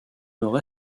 nord